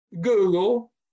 Google